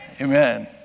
Amen